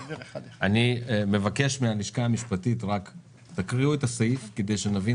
אני מבקש מהלשכה המשפטית שתקריאו את הסעיף כדי שנבין